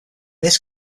this